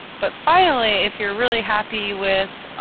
but finally if you're really happy with